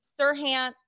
Sirhan